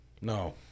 No